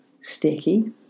sticky